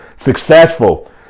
Successful